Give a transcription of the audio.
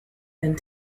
and